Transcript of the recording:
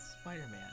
Spider-Man